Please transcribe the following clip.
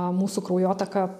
mūsų kraujotaka